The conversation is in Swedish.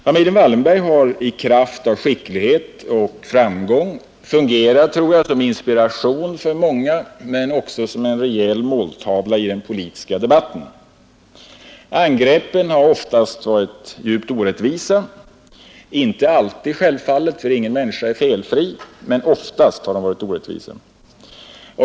Familjen Wallenberg har i kraft av sin skicklighet och framgång fungerat, tror jag, som inspiration för många men också som en rejäl måltavla i den politiska debatten. Angreppen har oftast varit djupt orättvisa — självfallet inte alltid eftersom ingen människa är felfri.